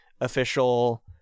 official